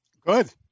Good